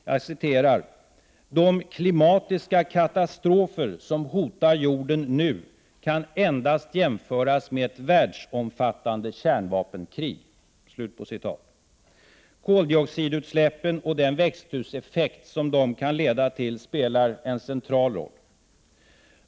Jag citerar: ”De klimatiska katastrofer som hotar jorden kan —--— endast jämföras med ett världsomfattande kärnvapenkrig.” Koldioxidutsläppen och den växthuseffekt som de kan leda till spelar en central roll.